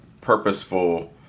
purposeful